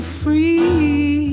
free